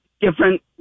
different